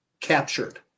captured